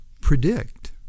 predict